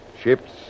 Ships